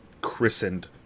christened